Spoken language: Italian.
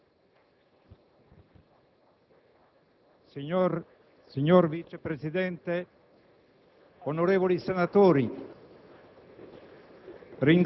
Signor Presidente, onorevoli senatori,